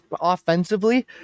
offensively